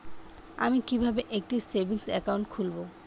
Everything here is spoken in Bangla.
আমি কিভাবে একটি সেভিংস অ্যাকাউন্ট খুলব?